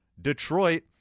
Detroit